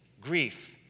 grief